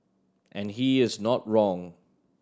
and he is not wrong